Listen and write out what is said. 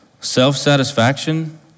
Self-satisfaction